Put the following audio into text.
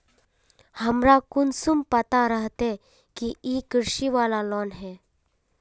हमरा कुंसम पता रहते की इ कृषि वाला लोन है?